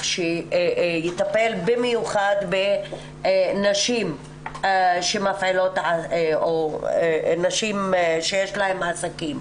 שיטפל במיוחד בנשים שמפעילות או נשים שיש להן עסקים,